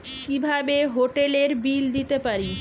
কিভাবে হোটেলের বিল দিতে পারি?